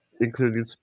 including